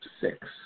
six